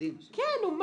מועמדים לפני בחירתם.